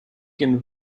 can